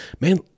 man